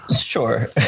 Sure